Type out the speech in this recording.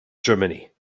germany